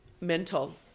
mental